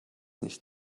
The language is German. nicht